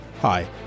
Hi